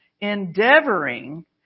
endeavoring